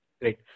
Great